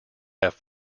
have